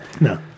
no